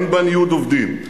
אין בה ניוד עובדים,